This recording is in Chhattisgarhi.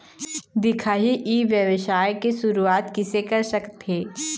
दिखाही ई व्यवसाय के शुरुआत किसे कर सकत हे?